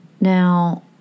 Now